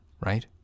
right